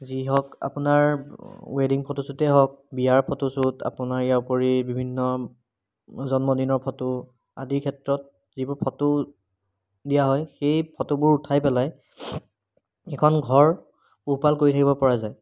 যি হওক আপোনাৰ ৱেডিং ফটোশ্বুটেই হওক বিয়াৰ ফটোশ্বুট আপোনাৰ ইয়াৰ উপৰি বিভিন্ন জন্মদিনৰ ফটো আদিৰ ক্ষেত্ৰত যিবোৰ ফটো দিয়া হয় সেই ফটোবোৰ উঠাই পেলাই এখন ঘৰ পোহপাল কৰি থাকিব পৰা যায়